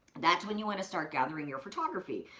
that's when you wanna start gathering your photography.